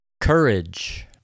courage